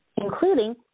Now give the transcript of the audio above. including